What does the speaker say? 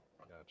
gotcha